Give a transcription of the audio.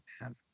man